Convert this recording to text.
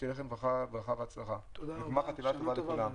שתהיה לכם ברכה והצלחה וגמר חתימה טובה לכולכם.